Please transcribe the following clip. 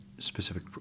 specific